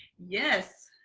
yes,